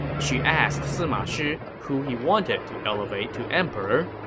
she asked sima shi who he wanted to elevate to emperor,